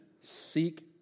Seek